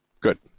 good